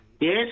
Yes